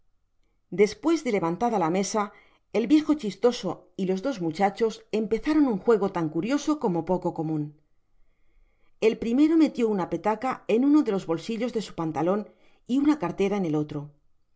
despues de levantada ia mesa el viejo chistoso y los dos muchachos empezaron un juego tan curioso como poco comun el primero metió una petaca en uno de los bolsillos de su pantalon y una cartera en el otro